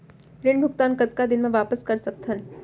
ऋण भुगतान कतका दिन म वापस कर सकथन?